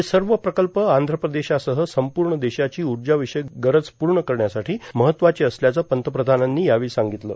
हे सर्व प्रकल्प आंध्र प्रदेशासह संपूर्ण देशाची ऊर्जाविषयक गरज पूर्ण करण्यासाठी महत्वाचे असल्याचं पंतप्रधानांनी यावेळी सांगितलं